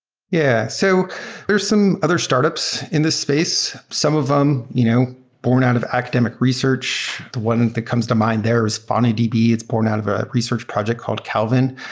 yeah. so there're some other startups in this space. some of them you know born out of academic research. the one that comes to mind there is faunadb. it's born out of a research project called calvin.